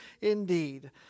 indeed